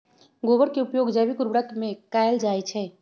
गोबर के उपयोग जैविक उर्वरक में कैएल जाई छई